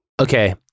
Okay